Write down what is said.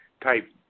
type